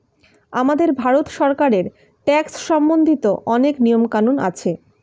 আমাদের ভারত সরকারের ট্যাক্স সম্বন্ধিত অনেক নিয়ম কানুন আছে